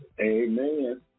Amen